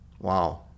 wow